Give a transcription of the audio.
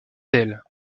elle